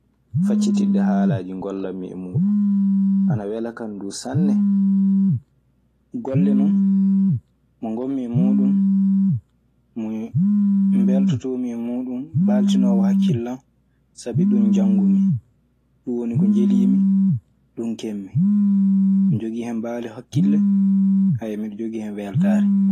Faccitde haalaaji ngolaami e muuɗun ana wela kan du sanne. Golle non mo ngommi e muuɗum, mom mbeltotoomi e muuɗum baltiinoowo hakkilan. Sabi ɗum janngumi, ɗum woni ko njeliimi, ɗum kemmi. Mi ɗe jogii hen mbaalu hakkille, mi ɗe jogii hen weltaare. So a ƴeewii ni arannde kaa huunde fuu mbiyataa kanjun ɓurannoo welde kan. Sakkitii non, bon kulle kuurɗe naatii hen.